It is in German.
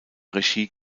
regie